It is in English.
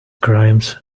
crimes